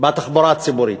בתחבורה הציבורית.